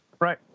Right